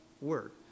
word